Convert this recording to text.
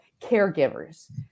caregivers